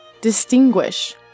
Distinguish